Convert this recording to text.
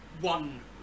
one